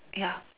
ya